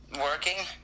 working